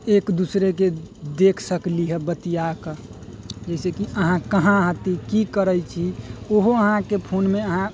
एक दोसराके देख सकली हँ बतिआके जइसेकि अहाँ कहाँ हती की करै छी ओहो अहाँके फोनमे अहाँ